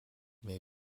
may